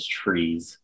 trees